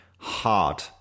Hard